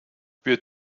wir